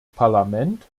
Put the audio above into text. parlament